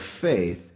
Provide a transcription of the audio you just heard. faith